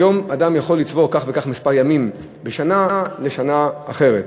היום אדם יכול לצבור כך וכך ימים בשנה לשנה אחרת.